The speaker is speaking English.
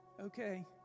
okay